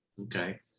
Okay